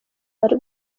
bari